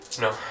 No